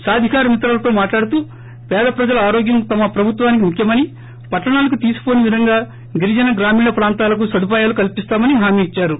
సాధికార మిత్రలతో మాట్లాడుతూ పేద ప్రజల ఆరోగ్యం తమ ప్రభుత్వానికి ముఖ్యమని పట్టణాలకు తీసిపోని విధంగా గిరిజన గ్రామీణ ప్రాంతాలకు సదుపాయాలు కల్సిస్తామని హామిఇచ్చారు